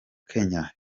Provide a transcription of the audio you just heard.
kenya